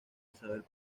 isabel